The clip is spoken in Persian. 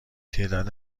تعداد